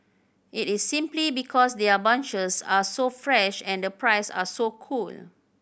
it is simply because their bunches are so fresh and the price are so cool